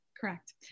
correct